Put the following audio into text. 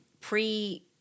pre